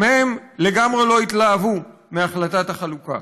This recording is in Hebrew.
גם הם לגמרי לא התלהבו מהחלטת החלוקה.